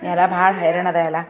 ಹೆರ ಭಾಳ ಹೈರಾಣ್ ಅದೆ ಎಲ್ಲ